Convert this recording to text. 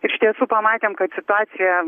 iš tiesų pamatėm kad situacija